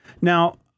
Now